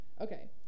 Okay